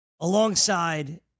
alongside